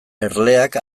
erleak